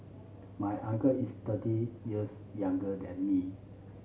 my uncle is thirty years younger than me